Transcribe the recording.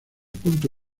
punto